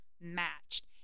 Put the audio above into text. matched